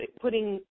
putting